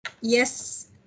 Yes